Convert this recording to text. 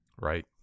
right